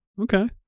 Okay